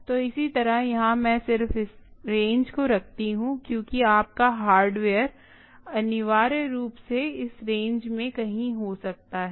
तो इसी तरह यहाँ मैं सिर्फ इस रेंज को रखती हूँ क्योंकि आपका हार्डवेयर अनिवार्य रूप से इस रेंज में कहीं हो सकता है